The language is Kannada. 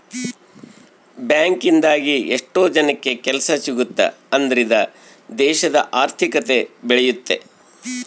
ಬ್ಯಾಂಕ್ ಇಂದಾಗಿ ಎಷ್ಟೋ ಜನಕ್ಕೆ ಕೆಲ್ಸ ಸಿಗುತ್ತ್ ಅದ್ರಿಂದ ದೇಶದ ಆರ್ಥಿಕತೆ ಬೆಳಿಯುತ್ತೆ